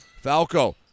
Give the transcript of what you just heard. Falco